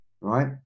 right